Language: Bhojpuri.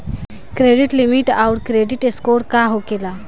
क्रेडिट लिमिट आउर क्रेडिट स्कोर का होखेला?